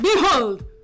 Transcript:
Behold